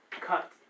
cut